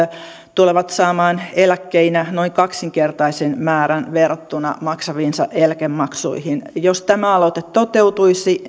tulevat saamaan eläkkeinä noin kaksinkertaisen määrän verrattuna maksamiinsa eläkemaksuihin jos tämä aloite toteutuisi